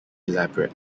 elaborate